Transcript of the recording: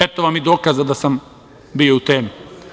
Eto vam i dokaza da sam bio u temi.